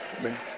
Amen